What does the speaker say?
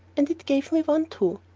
and it gave me one too.